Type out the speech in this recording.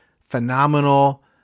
phenomenal